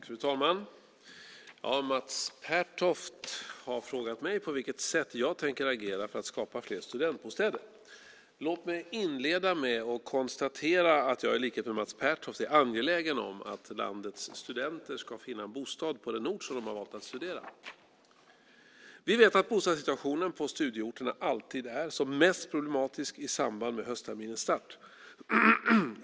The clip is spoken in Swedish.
Fru talman! Mats Pertoft har frågat mig på vilket sätt jag tänker agera för att skapa fler studentbostäder. Låt mig inleda med att konstatera att jag i likhet med Mats Pertoft är angelägen om att landets studenter ska finna en bostad på den ort där de har valt att studera. Vi vet att bostadssituationen på studieorterna alltid är som mest problematisk i samband med höstterminens start.